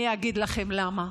אני אגיד לכם למה,